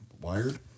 wired